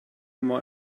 more